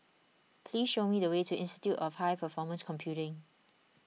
please show me the way to Institute of High Performance Computing